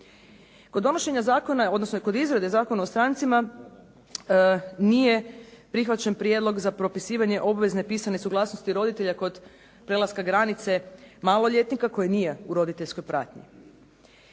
Kod donošenja zakona, odnosno kod izrade Zakona o strancima nije prihvaćen prijedlog za propisivanje obvezne pisane suglasnosti roditelja kod prelaska granice maloljetnika koji nije u roditeljskoj pratnji.